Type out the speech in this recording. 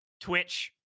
Twitch